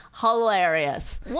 hilarious